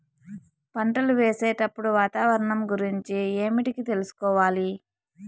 పంటలు వేసేటప్పుడు వాతావరణం గురించి ఏమిటికి తెలుసుకోవాలి?